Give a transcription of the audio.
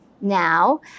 now